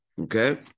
okay